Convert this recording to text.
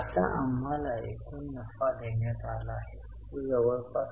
आता हे अगदी गुंतागुंतीचे होते बाकीचे अगदी सोपे आहे